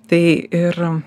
tai ir